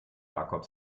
jakob